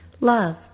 love